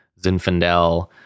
Zinfandel